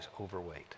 overweight